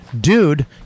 DUDE